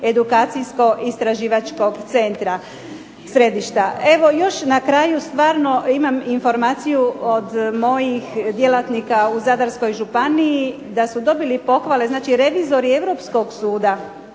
edukacijsko-istraživačkog centra, središta. Evo još na kraju stvarno imam informaciju od mojih djelatnika u Zadarskoj županiji, da su dobili pohvale, znači revizori europskog suda,